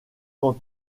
quant